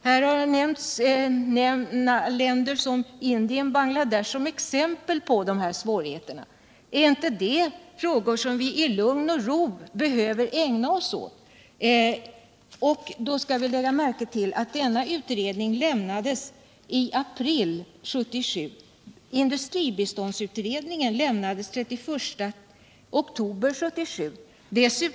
För att exemplifiera dessa svårigheter har det här nämnts sådana länder som Indien och Bangladesh. Är inte det frågor som vi behöver ägna oss åt? Vi skall då lägga märke till att denna utredning lämnades i april 1977. Industribiståndsutredningen lämnades den 31 oktober 1977.